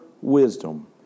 wisdom